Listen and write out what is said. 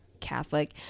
Catholic